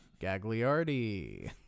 Gagliardi